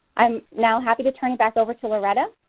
i'm now happy to turn it back over to loretta,